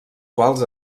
quals